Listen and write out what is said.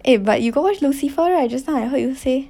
eh but you got watch lucifer right just now I heard you say